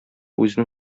үзенең